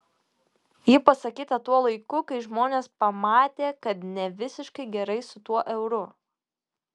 ji pasakyta tuo laiku kai žmonės pamatė kad ne visiškai gerai su tuo euru